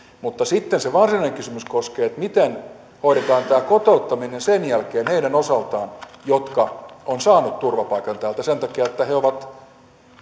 mutta sitten se varsinainen kysymys koskee sitä miten hoidetaan tämä kotouttaminen sen jälkeen heidän osaltaan jotka ovat saaneet turvapaikan täältä sen takia että he ovat